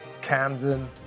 Camden